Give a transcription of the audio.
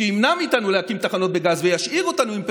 שימנע מאיתנו להקים תחנות בגז וישאיר אותנו עם פחם,